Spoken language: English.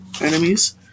enemies